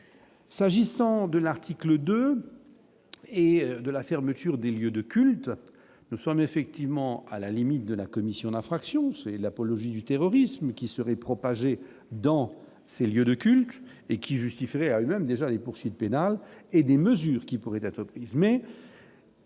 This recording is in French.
S'agissant de l'article 2 et de la fermeture des lieux de culte, nous sommes effectivement à la limite de la commission d'infraction, c'est l'apologie du terrorisme, qui serait propagée dans ces lieux de culte et qui justifierait à même déjà les poursuites pénales et des mesures qui pourraient être prises